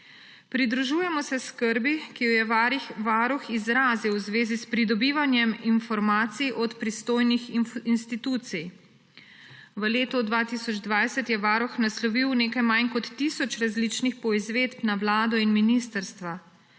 Pridružujemo se skrbi, ki jo je varuh izrazil v zvezi s pridobivanjem informacij od pristojnih institucij. V letu 2020 je Varuh naslovil nekaj manj kot tisoč različnih poizvedb na Vlado in ministrstva.